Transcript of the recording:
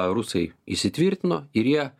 rusai įsitvirtino ir jie